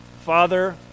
father